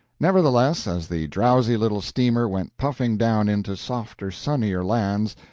nevertheless, as the drowsy little steamer went puffing down into softer, sunnier lands,